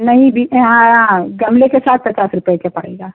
नहीं बी ए हाँ गमले के साथ पचास रुपये का पड़ेगा